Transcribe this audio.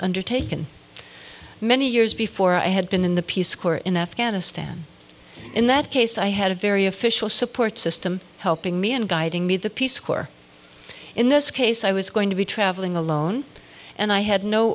undertaken many years before i had been in the peace corps in afghanistan in that case i had a very official support system helping me and guiding me the peace corps in this case i was going to be traveling alone and i had no